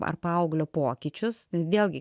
ar paauglio pokyčius vėlgi